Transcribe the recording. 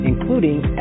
including